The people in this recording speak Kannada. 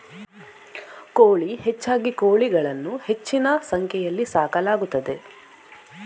ಕೋಳಿ ಹೆಚ್ಚಾಗಿ ಕೋಳಿಗಳನ್ನು ಹೆಚ್ಚಿನ ಸಂಖ್ಯೆಯಲ್ಲಿ ಸಾಕಲಾಗುತ್ತದೆ